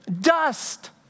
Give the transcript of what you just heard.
dust